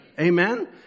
Amen